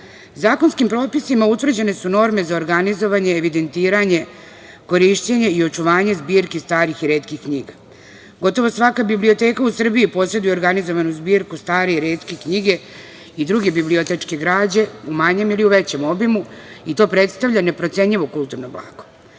Zakonskim propisima utvrđene su norme za organizovanje, evidentiranje, korišćenje i očuvanje zbirki starih i retkih knjiga. Gotovo svaka biblioteka u Srbiji posreduje organizovanu zbirku stare i retke knjige i drugih bibliotečke građe u manjem ili u većem obimu i to predstavlja neprocenjivo kulturno blaga. Grad